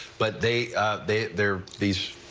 but they they their fees.